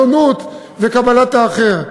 השונות וקבלת האחר,